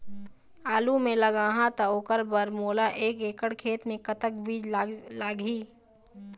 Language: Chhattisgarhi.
आलू मे लगाहा त ओकर बर मोला एक एकड़ खेत मे कतक बीज लाग ही?